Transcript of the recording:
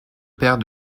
père